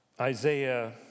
Isaiah